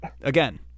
again